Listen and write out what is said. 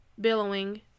billowing